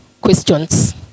questions